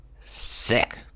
sick